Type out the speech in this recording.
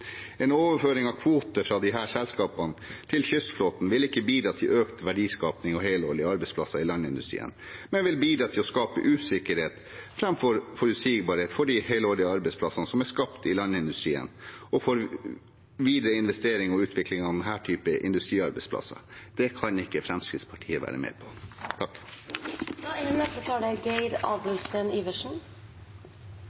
En overføring av kvoter fra disse selskapene til kystflåten vil ikke bidra til økt verdiskaping og helårige arbeidsplasser i landindustrien, men til å skape usikkerhet framfor forutsigbarhet for de helårige arbeidsplassene som er skapt i landindustrien, og for videre investering og utvikling av denne typen industriarbeidsplasser. Det kan ikke Fremskrittspartiet være med på.